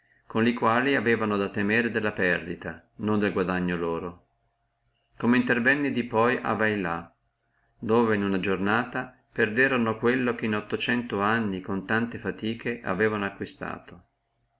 con li quali aveano a temere della perdita non del guadagno loro come intervenne di poi a vailà dove in una giornata perderono quello che in ottocento anni con tanta fatica avevano acquistato